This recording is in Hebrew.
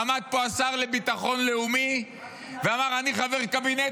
עמד פה השר לביטחון לאומי ואמר: אני חבר קבינט.